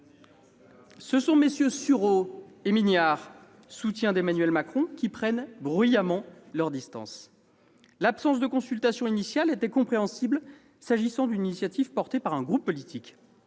Ce sont MM. Sureau et Mignard, soutiens d'Emmanuel Macron, qui prennent bruyamment leurs distances. L'absence de consultation initiale était compréhensible, s'agissant d'une initiative portée par un groupe politique.